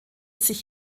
sich